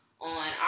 on